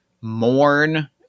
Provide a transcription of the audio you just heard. mourn